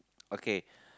okay